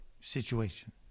situation